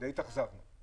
והתאכזבו